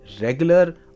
regular